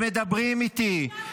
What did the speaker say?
אלה האנשים שמדברים איתי,